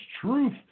truth